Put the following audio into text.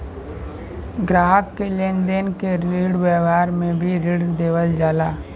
ग्राहक के लेन देन के व्यावहार से भी ऋण देवल जाला